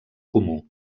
comú